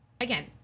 again